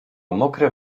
mokre